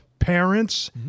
Parents